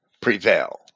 prevail